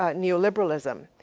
ah neo-liberalism,